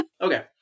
Okay